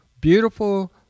beautiful